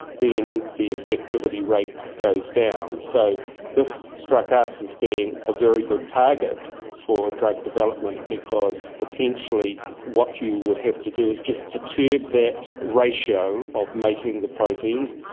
then the infectivity rate goes down. so this struck us as being a very good target for drug development because potentially what you would have to do is just perturb that ratio of making the proteins,